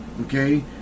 Okay